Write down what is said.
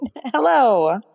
hello